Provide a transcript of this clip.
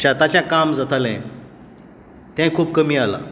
शेताचें काम जातालें तें खूब कमी जालां